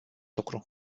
lucru